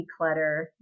declutter